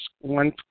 one